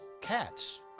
cats